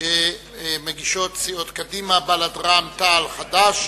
שמגישות סיעות קדימה, בל"ד, רע"ם-תע"ל וחד"ש.